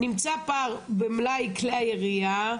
היה צריך להגיד: נמצא פער במלאי כלי הירייה,